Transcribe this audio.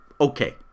okay